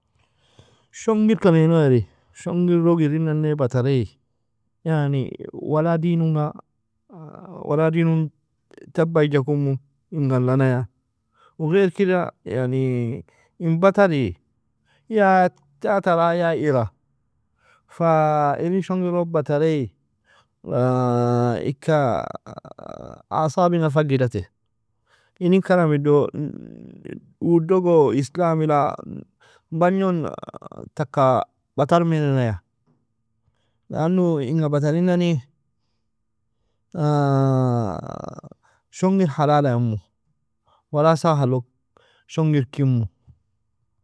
Shongirka nina iri, Shongirog irin nane bataree, yani wala dinnga wala din un tabbaija kummu inga alanaya, و غير كدة yani in bataree yaa tataraa yaa ira, irin shongirog bataree ika aasab inga fagidate, inin karam ido uu dogo islami la bagnun taka batar mianneya, lannu inga batarinani shongir halal imu, wala sahal log shongir kimmu.